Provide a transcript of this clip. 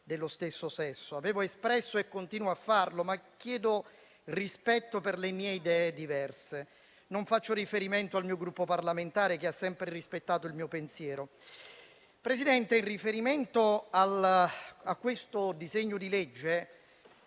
dello stesso sesso. Li avevo espressi, continuo a farlo e chiedo rispetto per le mie idee diverse; non faccio riferimento al mio Gruppo parlamentare, che ha sempre rispettato il mio pensiero. Signor Presidente, con riferimento al disegno di legge